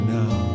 now